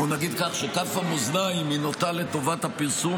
שכף המאזניים נוטה לטובת הפרסום.